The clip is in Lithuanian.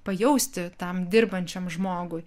pajausti tam dirbančiam žmogui